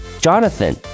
Jonathan